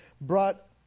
brought